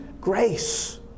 grace